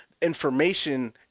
information